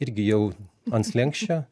irgi jau ant slenksčio